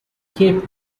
cape